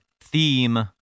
theme